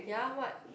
ya what